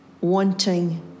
wanting